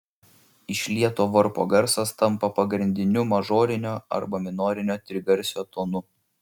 išlieto varpo garsas tampa pagrindiniu mažorinio arba minorinio trigarsio tonu